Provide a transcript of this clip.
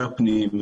הפנים,